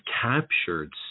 captured